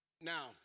Now